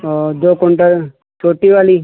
और दो कुंटल छोटी वाली